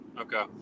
Okay